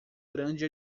grande